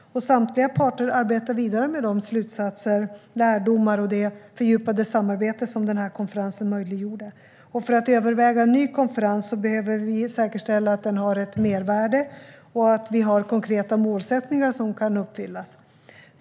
Samtliga parter arbetar nu vidare med de slutsatser och lärdomar och det fördjupade samarbete som den konferensen möjliggjorde. För att överväga en ny konferens behöver vi säkerställa att den har ett mervärde och att vi har konkreta målsättningar som kan uppfyllas.